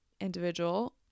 individual